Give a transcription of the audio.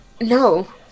No